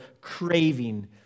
craving